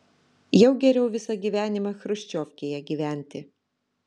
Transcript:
jau geriau visą gyvenimą chruščiovkėje gyventi